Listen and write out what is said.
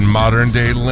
modern-day